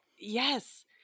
yes